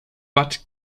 bad